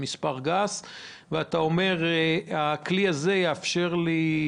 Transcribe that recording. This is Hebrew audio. ואתה אומר שהכלי הזה יאפשר לך